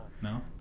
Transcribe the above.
No